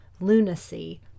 lunacy